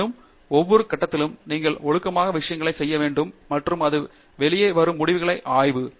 எனினும் ஒவ்வொரு கட்டத்திலும் நீங்கள் ஒழுங்காக விஷயங்களை செய்ய வேண்டும் மற்றும் அது வெளியே வரும் முடிவுகளை ஆய்வு